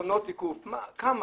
מכונות תיקוף כמה?